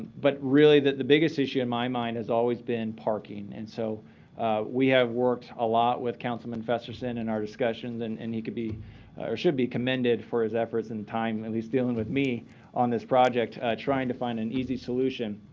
but really the biggest issue in my mind has always been parking. and so we have worked a lot with councilman festersen in our discussions. and and he could be or should be commended for his efforts in time and he's dealing with me on this project trying to find an easy solution.